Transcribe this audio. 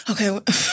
Okay